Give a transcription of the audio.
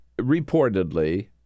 reportedly